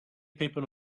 people